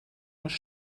muss